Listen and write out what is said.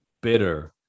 bitter